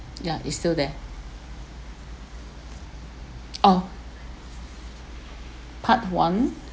ya it's still there oh part one